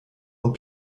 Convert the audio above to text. und